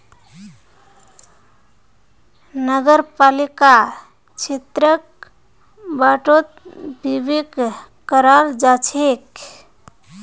नगरपालिका क्षेत्रक वार्डोत विभक्त कराल जा छेक